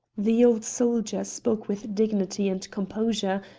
the old soldier spoke with dignity and composure,